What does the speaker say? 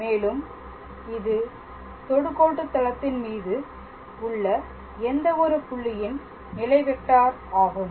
மேலும் இது தொடுகோட்டு தளத்தின் மீது உள்ள எந்த ஒரு புள்ளியின் நிலை வெக்டார் ஆகும்